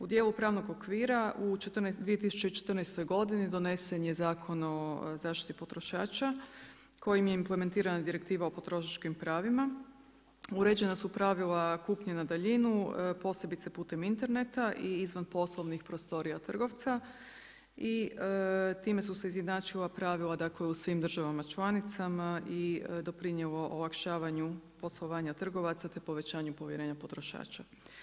U dijelu pravnog okvira u 2014. godini donesen je Zakon o zaštiti potrošača kojim je implementirana direktiva o potrošačkim pravima, uređena su pravila kupnje na daljinu, posebice putem interneta i izvan poslovnih prostorija trgovca i time su se izjednačila pravila, dakle u svim državama članicama i doprinijelo olakšavanju poslovanja trgovaca te povećanje povjerenja potrošača.